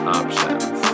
options